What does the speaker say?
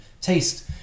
taste